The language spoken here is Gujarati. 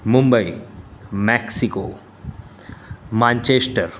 Mumbai Mexico Manchester